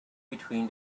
between